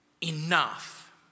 enough